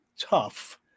tough